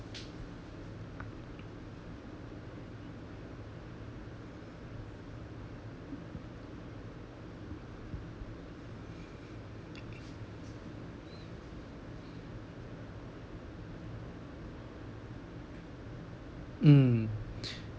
mm